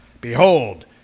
Behold